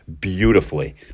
beautifully